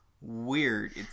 Weird